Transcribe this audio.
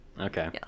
Okay